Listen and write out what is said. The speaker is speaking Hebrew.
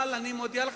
אבל אני מודיע לכם,